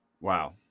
Wow